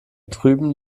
drüben